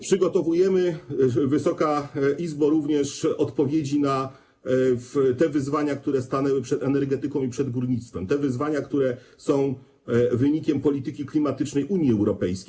Przygotowujemy, Wysoka Izbo, również odpowiedzi na te wyzwania, które stanęły przed energetyką i przed górnictwem, te wyzwania, które są wynikiem polityki klimatycznej Unii Europejskiej.